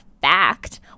fact